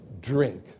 drink